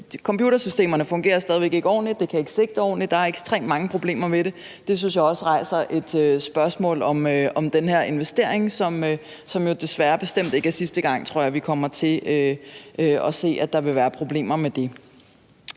computersystemer stadig væk ikke fungerer ordentligt, at de ikke kan sigte ordentligt, og at der er ekstremt mange problemer med dem. Det synes jeg også rejser et spørgsmål om den her investering, som det desværre ikke er sidste gang, tror jeg, vi kommer til at se problemer med.